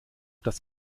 das